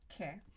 Okay